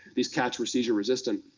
these cats were seizure-resistant.